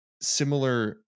similar